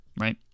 right